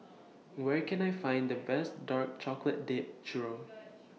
Where Can I Find The Best Dark Chocolate Dipped Churro